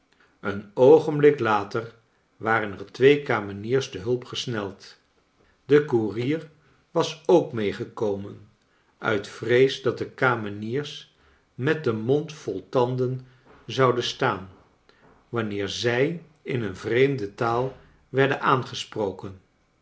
een oogenblik later waren er twee kameniers te hulp gesneld de koerier was ook meegekomen uit vrees dat de kameniers met den mond vol tanden zouden staan wanneer zij in een vreemde taal werden aangesproken